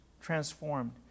transformed